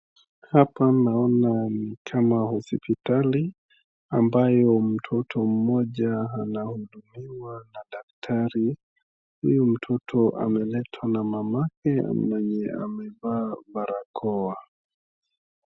Hapa naona ni kama hospitali ambayo mtoto mmoja anahudumiwa na daktari. Huyu mtoto ameletwa na mamake mwenye amevaa barakoa.